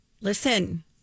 Listen